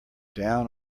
down